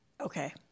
okay